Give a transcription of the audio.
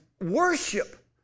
worship